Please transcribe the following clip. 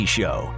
show